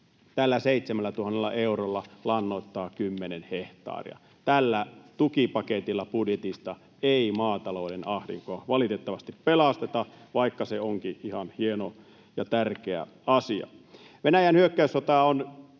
Tällä 7 000 eurolla lannoittaa 10 hehtaaria. Tällä tukipaketilla budjetista ei maatalouden ahdinkoa valitettavasti pelasteta, vaikka se onkin ihan hieno ja tärkeä asia.